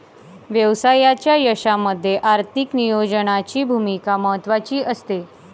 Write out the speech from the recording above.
व्यवसायाच्या यशामध्ये आर्थिक नियोजनाची भूमिका महत्त्वाची असते